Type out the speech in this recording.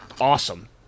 awesome